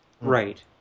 Right